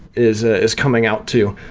is ah is coming out to.